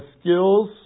skills